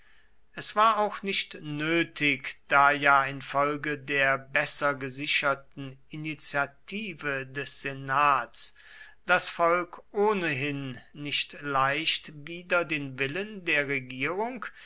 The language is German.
es war auch nicht nötig da ja infolge der besser gesicherten initiative des senats das volk ohnehin nicht leicht wider den willen der regierung